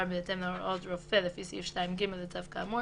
בהתאם להוראת רופא לפי סעיף 2(ג) לצו כאמור,